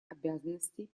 обязанностей